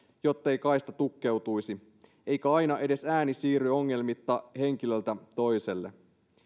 jottei kaista tukkeutuisi eikä aina edes ääni siirry ongelmitta henkilöltä toiselle